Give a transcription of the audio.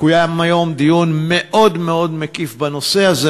קוים היום דיון מאוד מאוד מקיף בנושא הזה.